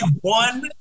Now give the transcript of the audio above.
one